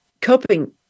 coping